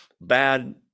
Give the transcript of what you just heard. bad